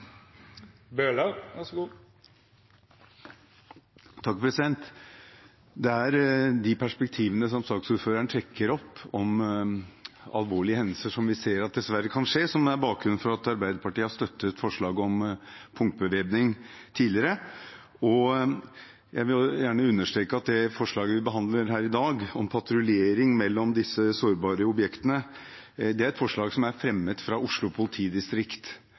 Det er de perspektivene som saksordføreren trekker fram om alvorlige hendelser vi ser dessverre kan skje, som er bakgrunnen for at Arbeiderpartiet har støttet forslaget om punktbevæpning tidligere. Jeg vil gjerne understreke at det forslaget vi behandler her i dag, omfatter rullering mellom disse sårbare objektene. Det er et forslag som er fremmet av Oslo politidistrikt